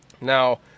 Now